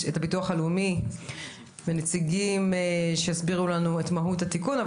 הביטוח הלאומי ונציגים שיסבירו לנו את מהות התיקון.